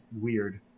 weird